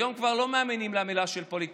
היום כבר לא מאמינים למילה של פוליטיקאי.